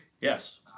Yes